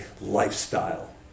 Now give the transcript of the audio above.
lifestyle